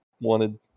wanted